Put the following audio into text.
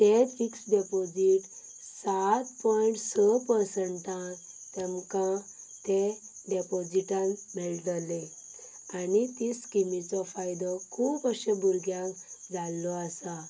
तें fixed deposit सात point स पर्सेंटान तुमकां तें डेपोजिटांत मेळटले आनी ती स्किमीचो फायदो खूब अशा भुरग्यांक जाल्लो आसा